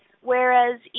Whereas